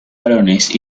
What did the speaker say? varones